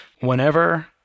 Whenever